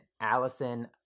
Allison